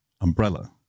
umbrella